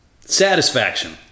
Satisfaction